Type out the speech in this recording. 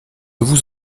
vous